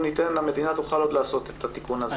המדינה תוכל עוד לעשות את התיקון הזה.